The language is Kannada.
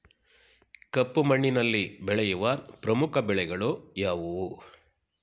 ಕಪ್ಪು ಮಣ್ಣಿನಲ್ಲಿ ಬೆಳೆಯುವ ಪ್ರಮುಖ ಬೆಳೆಗಳು ಯಾವುವು?